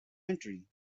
entering